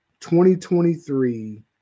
2023